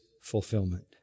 fulfillment